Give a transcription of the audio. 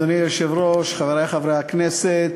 אדוני היושב-ראש, חברי חברי הכנסת,